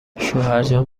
شوهرجان